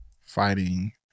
fighting